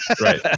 right